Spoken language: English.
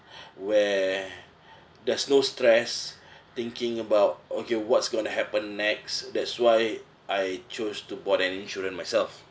where there's no stress thinking about okay what's going to happen next that's why I chose to bought an insurance myself